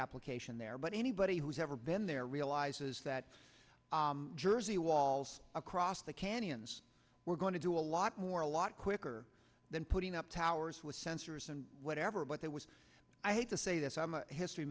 application there but anybody who's ever been there realizes that jersey walls across the canyons were going to do a lot more a lot quicker than putting up towers with sensors and whatever but there was i hate to say this i'm a history